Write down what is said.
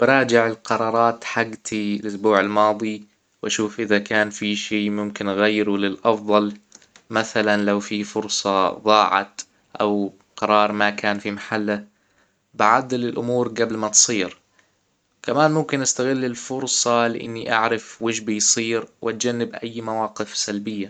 براجع القرارات حجتي الاسبوع الماضي واشوف اذا كان في شي ممكن اغيره للافضل مثلا لو في فرصة ظاعت او قرار ما كان في محله بعدل الامور قبل ما تصير كمان ممكن نستغل الفرصة لاني اعرف وش بيصير واتجنب اي مواقف سلبية.